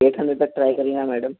at hundred تک try کرئیے نا میڈم